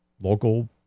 local